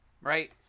right